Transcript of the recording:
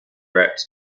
wrapped